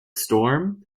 storm